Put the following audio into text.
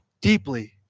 deeply